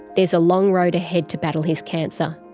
there's a long road ahead to battle his cancer.